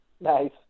Nice